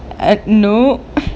uh nop